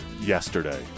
yesterday